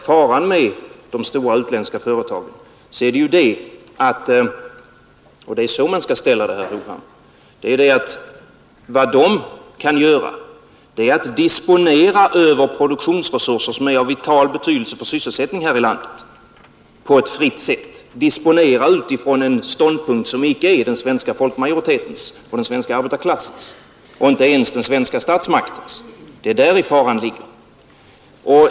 Faran med de stora utländska företagen är — och det är så man skall ställa frågan, herr Hovhammar — att de helt fritt kan disponera över produktionsresurser som är av vital betydelse för sysselsättningen här i landet, och de kan göra det utifrån ståndpunkter som inte är den svenska folkmajoritetens och den svenska arbetarklassens, inte ens den svenska statsmaktens. Det är där faran ligger.